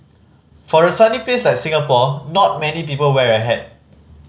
for a sunny place like Singapore not many people wear a hat